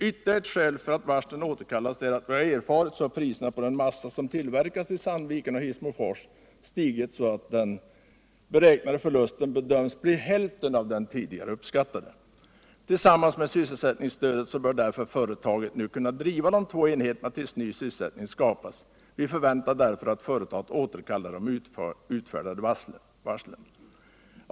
Ytterligare ett skäl för att varslen återkallas är att enligt vad jag erfarit har priserna på den massa som tillverkas i Sandviken och Hissmofors stigit så mycket att den beräknade förlusten bedöms bli hälften mot den tidigare uppskattade. Detta faktum, tillsammans med sysselsättningsstödet, gör att företaget nu bör kunna driva de två enheterna tills ny sysselsättning har skapats. Vi förväntar därför att företaget återkallar de utfärdade varslen.